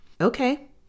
Okay